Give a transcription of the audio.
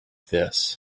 this